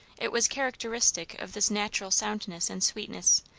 it was characteristic of this natural soundness and sweetness,